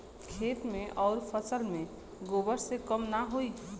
खेत मे अउर फसल मे गोबर से कम ना होई?